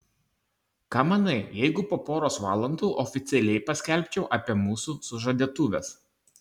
ką manai jeigu po poros valandų oficialiai paskelbčiau apie mūsų sužadėtuves